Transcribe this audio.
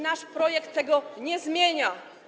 Nasz projekt tego nie zmienia.